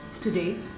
today